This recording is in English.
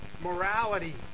morality